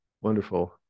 wonderful